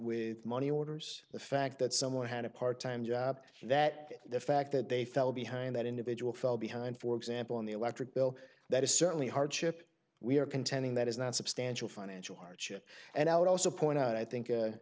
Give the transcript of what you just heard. with money orders the fact that someone had a part time job that the fact that they fell behind that individual fell behind for example in the electric bill that is certainly a hardship we are contending that is not substantial financial hardship and i would also point out i think